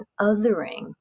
othering